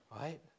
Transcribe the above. Right